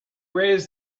raise